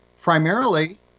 primarily